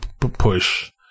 push